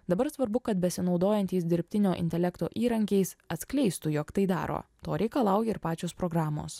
dabar svarbu kad besinaudojantys dirbtinio intelekto įrankiais atskleistų jog tai daro to reikalauja ir pačios programos